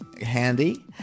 handy